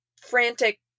frantic